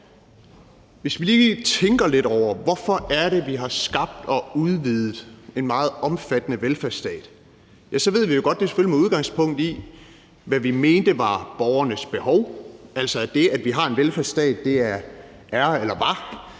Hvis vi lige tænker lidt over, hvorfor vi har skabt og udvidet en meget omfattende velfærdsstat, så ved vi godt, at det selvfølgelig er med udgangspunkt i, hvad vi mente var borgernes behov, altså at det, at vi har en velfærdsstat, er eller var